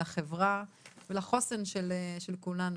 לחברה ולחוסן של כולנו.